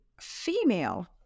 female